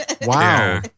Wow